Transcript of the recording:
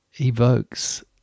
evokes